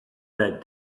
that